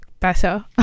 better